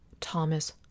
Thomas